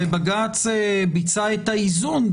בג"ץ ביצע את האיזון,